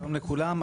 שלום לכולם,